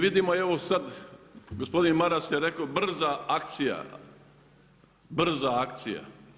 Mi vidimo evo sad, gospodin Maras je rekao brza akcija, brza akcija.